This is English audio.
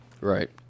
Right